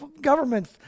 governments